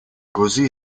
così